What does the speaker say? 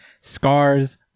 Scars